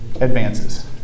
Advances